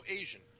Asian